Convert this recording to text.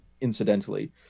incidentally